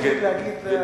יש לי זכות להגיד,